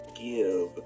give